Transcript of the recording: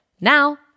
Now